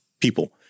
people